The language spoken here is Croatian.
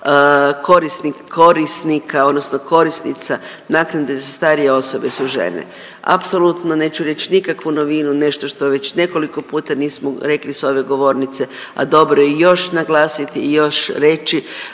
korisnika odnosno korisnica naknade za starije osobe su žene. Apsolutno neću reći nikakvu novinu nešto što već nekoliko puta nismo rekli sa ove govornice, a dobro je i još naglasiti i još reći